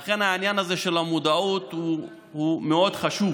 לכן העניין הזה של המודעות הוא מאוד חשוב